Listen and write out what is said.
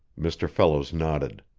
mr. fellows nodded.